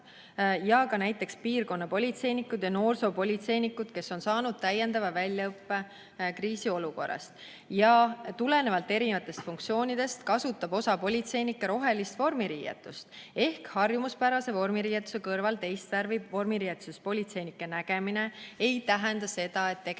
ja ka näiteks piirkonnapolitseinikud ja noorsoopolitseinikud, kes on saanud täiendava väljaõppe kriisiolukorra jaoks. Tulenevalt erinevatest funktsioonidest, kasutab osa politseinikke rohelist vormiriietust. Ehk harjumuspärase vormiriietuse kõrval teist värvi vormiriietuses politseinike nägemine ei tähenda seda, et tegemist